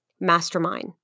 mastermind